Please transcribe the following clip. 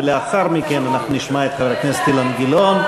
ולאחר מכן אנחנו נשמע את חבר הכנסת אילן גילאון.